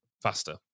faster